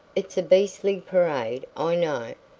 it's a beastly parade, i know,